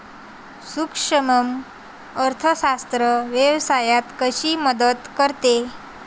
सूक्ष्म अर्थशास्त्र व्यवसायात कशी मदत करते?